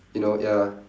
you know ya